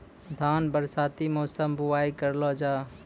धान बरसाती मौसम बुवाई करलो जा?